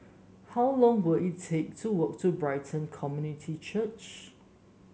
how long will it take to walk to Brighton Community Church